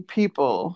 people